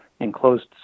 enclosed